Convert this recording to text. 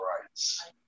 rights